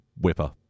Whipper